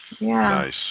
Nice